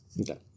Okay